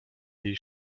jej